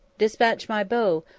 despatch my bow,